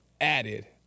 added